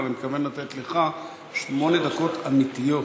אבל אני מתכוון לתת לך שמונה דקות אמיתיות.